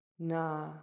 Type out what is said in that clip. Na